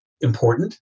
important